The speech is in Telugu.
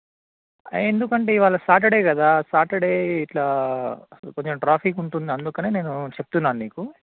ఎందుకండి ఇవాళ సాటర్డే కదా సాటర్డే ఇట్లా కొంచెం ట్రాఫిక్ ఉంటుంది అందుకనే నేను చెప్తున్నా మీకు